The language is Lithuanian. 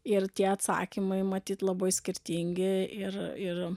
ir tie atsakymai matyt labai skirtingi ir ir